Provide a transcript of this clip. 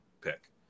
pick